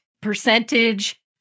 percentage